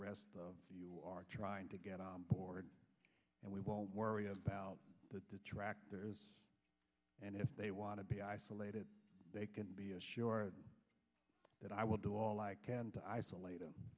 rest of you are trying to get on board and we will worry about the detractors and if they want to be isolated they can be assured that i will do all i can to isolate them